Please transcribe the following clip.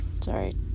sorry